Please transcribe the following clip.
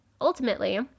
ultimately